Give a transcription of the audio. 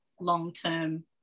long-term